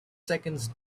second